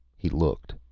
he looked.